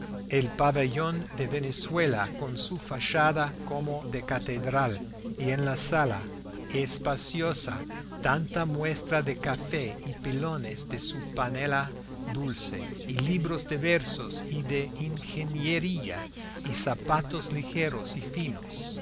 el pabellón de venezuela con su fachada como de catedral y en la sala espaciosa tanta muestra de café y pilones de su panela dulce y libros de versos y de ingeniería y zapatos ligeros y finos